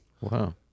Wow